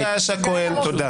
חברת הכנסת אורית פרקש הכהן, תודה.